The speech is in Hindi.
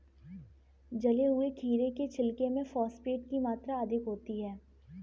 जले हुए खीरे के छिलके में फॉस्फेट की मात्रा अधिक होती है